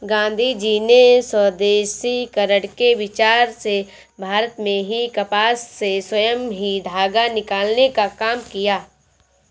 गाँधीजी ने स्वदेशीकरण के विचार से भारत में ही कपास से स्वयं ही धागा निकालने का काम किया